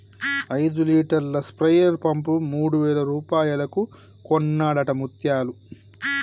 ఐదు లీటర్ల sprayer pump మూడు వేల రూపాయలకు కొన్నడట ముత్యాలు